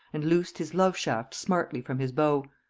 and loos'd his love-shaft smartly from his bow,